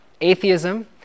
atheism